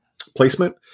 placement